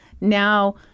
Now